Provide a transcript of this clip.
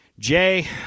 Jay